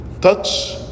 touch